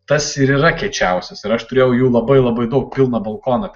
tas ir yra kiečiausias ir aš turėjau jų labai labai daug pilną balkoną